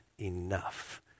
enough